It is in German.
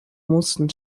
mussten